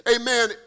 amen